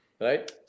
right